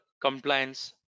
compliance